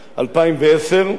זה לפני הרבה הרבה זמן,